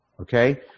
okay